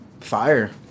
Fire